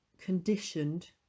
conditioned